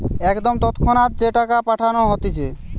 একদম তৎক্ষণাৎ যে টাকা পাঠানো হতিছে